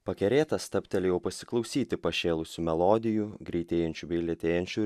pakerėtas stabtelėjau pasiklausyti pašėlusių melodijų greitėjančiu bei lėtėjančiu